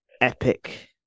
epic